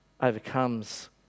overcomes